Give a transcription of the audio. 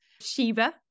Shiva